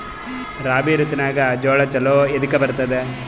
ರಾಬಿ ಋತುನಾಗ್ ಜೋಳ ಚಲೋ ಎದಕ ಬರತದ?